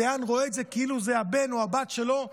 דיין רואה את זה כאילו זה הבן או הבת שלו,